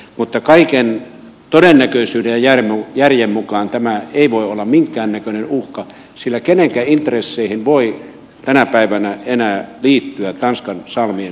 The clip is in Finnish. mutta kaiken todennäköisyyden ja järjen mukaan tämä ei voi olla minkään näköinen uhka sillä kenenkä intresseihin voi tänä päivänä enää liittyä tanskan salmien sulkeminen